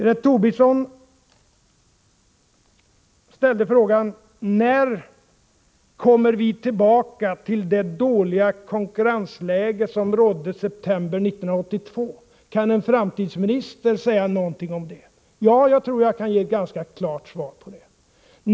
Lars Tobisson ställde frågan: När kommer vi tillbaka till det dåliga konkurrensläge som rådde i september 1982? Kan en framtidsminister säga någonting om det? Ja, jag tror att jag kan ge ett ganska klart svar på den frågan.